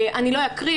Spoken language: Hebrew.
אני לא אקריא,